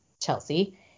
Chelsea